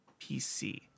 PC